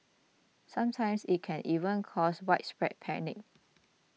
sometimes it can even cause widespread panic